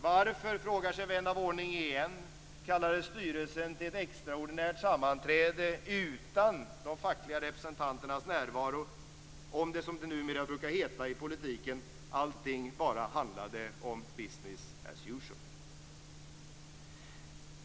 Varför, frågar sig igen vän av ordning, kallade styrelsen till ett extraordinärt sammanträde utan de fackliga representanternas närvaro om, som det numera brukar heta i politiken, allting bara handlade om business as usual.